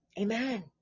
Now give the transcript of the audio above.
amen